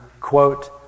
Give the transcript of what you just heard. quote